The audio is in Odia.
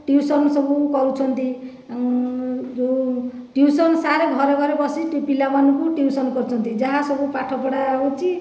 ଟ୍ୟୁସନ୍ ସବୁ କରୁଛନ୍ତି ଯେଉଁ ଟ୍ୟୁସନ୍ ସାର୍ ଘରେ ଘରେ ବସି ପିଲାମାନଙ୍କୁ ସବୁ ଟ୍ୟୁସନ୍ କରୁଛନ୍ତି ଯାହାସବୁ ପାଠପଢ଼ା ହେଉଛି